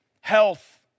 health